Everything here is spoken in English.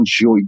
enjoy